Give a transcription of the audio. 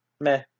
Meh